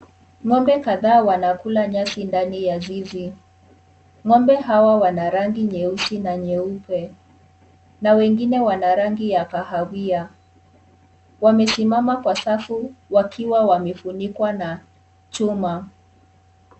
Ng'ombe kadhaa wanakula nyasi ndani ya zizi. Ng'ombe hawa wana rangi nyeusi na nyeupe na wengine wana rangi ya kahawia. Wamesimama kwa safu wakiwa wamefunikwa na chuma.